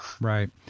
Right